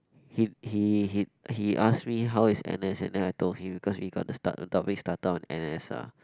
he he he he ask me how is N_S and then I told him because we got to start the topic started on N_S ah